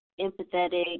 empathetic